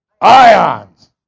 Ions